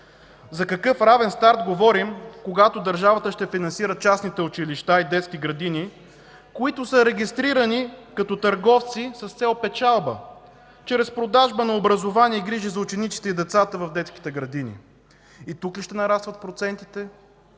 За какъв равен старт говорим, когато държавата ще финансира частните училища и детски градини, които са регистрирани като търговци с цел печалба чрез продажба на образование и грижи за учениците и децата в детските градини? И тук ли ще нарастват процентите?